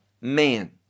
man